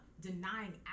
denying